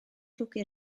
llwgu